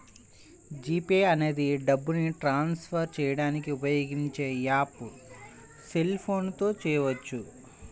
G pay అనేది డబ్బుని transfer చేయడానికి ఉపయోగించే యాప్పు సెల్ ఫోన్ తో చేయవచ్చు